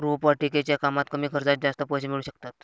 रोपवाटिकेच्या कामात कमी खर्चात जास्त पैसे मिळू शकतात